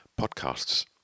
podcasts